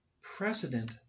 precedent